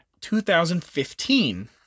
2015